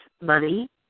money